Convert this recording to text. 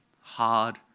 hard